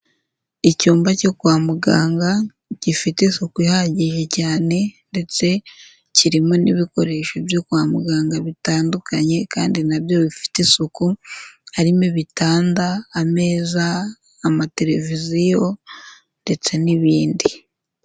Icyumba cyo kwa muganga gifite isuku ihagije cyane ndetse kirimo n'ibikoresho byo kwa muganga bitandukanye, kandi nabyo bifite isuku, harimo bitanda, ameza, amateleviziyo ndetse n'ibindi.